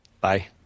Bye